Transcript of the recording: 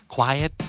Quiet